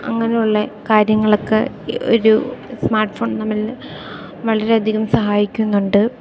അങ്ങനെയുള്ളെ കാര്യങ്ങളൊക്കെ ഒരു smart phone നമ്മളെ വളരെ അധികം സഹായിക്കുന്നുണ്ട്